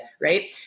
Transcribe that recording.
right